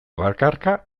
bakarka